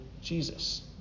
Jesus